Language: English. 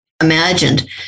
imagined